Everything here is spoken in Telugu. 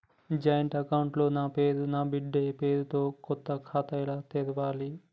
జాయింట్ అకౌంట్ లో నా పేరు నా బిడ్డే పేరు తో కొత్త ఖాతా ఎలా తెరవాలి?